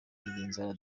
nzara